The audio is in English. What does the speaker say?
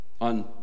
on